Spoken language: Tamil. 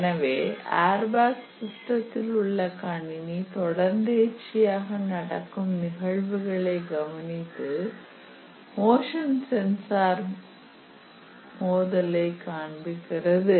எனவே ஏர்பேக் சிஸ்டத்தில் உள்ள கணினி தொடர்ந்தேர்ச்சியாக நடக்கும் நிகழ்வுகளை கவனித்து மோஷன் சென்சார் மோதலை காண்பிக்கிறது